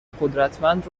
قدرتمند